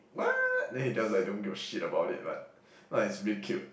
what then he just like don't give a shit about it but ya he's really cute